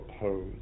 oppose